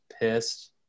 pissed